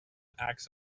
act